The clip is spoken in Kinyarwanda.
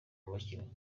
bakinnyi